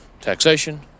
taxation